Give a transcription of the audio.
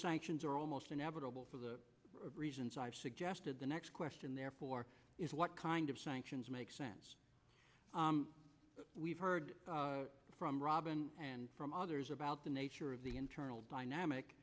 sanctions are almost inevitable for the reasons i've suggested the next question therefore is what kind of sanctions makes sense we've heard from robin from others about the nature of the internal dynamic